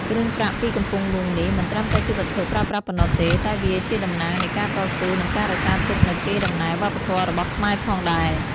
គ្រឿងប្រាក់ពីកំពង់ហ្លួងនេះ មិនត្រឹមតែជាវត្ថុប្រើប្រាស់ប៉ុណ្ណោះទេ តែវាជាតំណាងនៃការតស៊ូ និងការរក្សាទុកនូវកេរ្តិ៍ដំណែលវប្បធម៌របស់ខ្មែរផងដែរ។